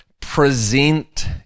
present